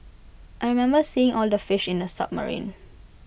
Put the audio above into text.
I remember seeing all the fish in the submarine